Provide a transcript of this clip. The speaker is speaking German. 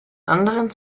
anderen